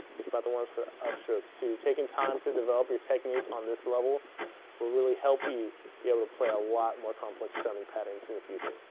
think about the ones for the upstrokes too. taking time to develop your technique on this level will really help you be able to play a lot more complex strumming patterns in the future.